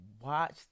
watch